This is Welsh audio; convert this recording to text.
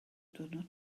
diwrnod